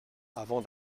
avant